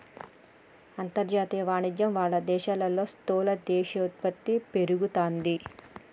అంతర్జాతీయ వాణిజ్యం వాళ్ళ దేశాల్లో స్థూల దేశీయ ఉత్పత్తి పెరుగుతాది